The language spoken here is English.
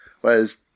whereas